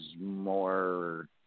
more